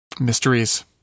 Mysteries